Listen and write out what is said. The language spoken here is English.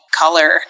color